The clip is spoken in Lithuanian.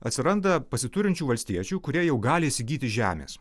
atsiranda pasiturinčių valstiečių kurie jau gali įsigyti žemės